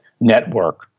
network